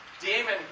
demon